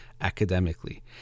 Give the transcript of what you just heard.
academically